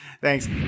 Thanks